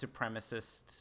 supremacist